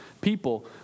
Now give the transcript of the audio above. people